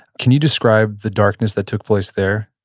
can you describe the darkness that took place there?